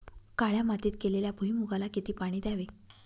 काळ्या मातीत केलेल्या भुईमूगाला किती पाणी द्यावे?